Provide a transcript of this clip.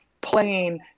playing